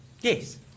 Yes